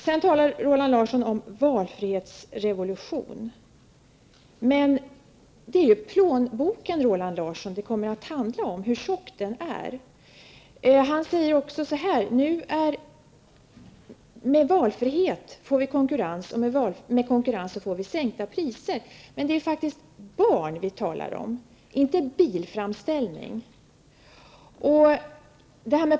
Roland Larsson talar vidare om en ''valfrihetsrevolution''. Men det kommer ju, Roland Larsson, att handla om hur tjock plånboken är. Roland Larsson sade också att med valfrihet får vi konkurrens, och med konkurrens får vi sänkta priser. Men det är faktiskt barn vi talar om, inte bilframställning.